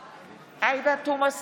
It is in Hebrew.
עאידה תומא סלימאן,